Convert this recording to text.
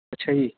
ਅੱਛਾ ਜੀ